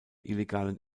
illegalen